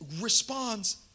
responds